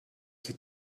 sie